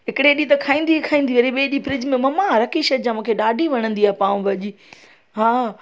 हिकिड़े ॾींहुं त खाईंदी ई खाईंदी वरी ॿिए ॾींहुं फ्रिज में ममा रखी छॾिजा मूंखे ॾाढी वणंदी आहे पाव भाॼी हा